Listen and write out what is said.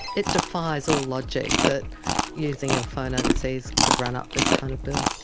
it defies all logic, that using your phone overseas could run up this kind of bill.